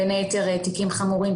בין היתר תיקים חמורים,